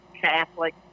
Catholic